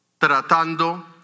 tratando